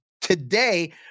today